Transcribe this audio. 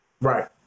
Right